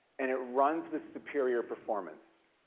and it runs with superior performance.